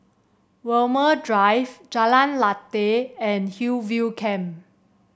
Walmer Drive Jalan Lateh and Hillview Camp